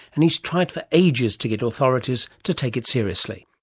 and he's tried for ages to get authorities to take it seriously.